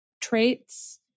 traits